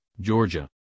Georgia